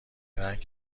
رنگ